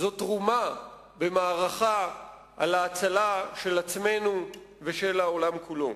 זאת תרומה במערכה על ההצלה של עצמנו ושל העולם כולו.